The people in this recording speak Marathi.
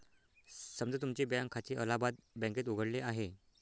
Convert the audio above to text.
समजा तुमचे बँक खाते अलाहाबाद बँकेत उघडले आहे